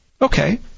Okay